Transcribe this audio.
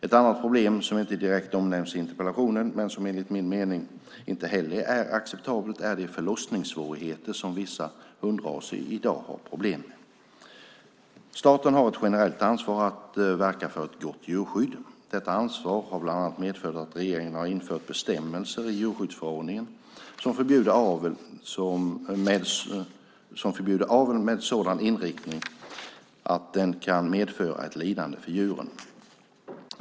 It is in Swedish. Ett annat problem, som inte direkt omnämns i interpellationen men som enligt min mening inte heller är acceptabelt, är de förlossningssvårigheter som vissa hundraser i dag har problem med. Staten har ett generellt ansvar för att verka för ett gott djurskydd. Detta ansvar har bland annat medfört att regeringen har infört bestämmelser i djurskyddsförordningen som förbjuder avel med en sådan inriktning att den kan medföra ett lidande för djuren.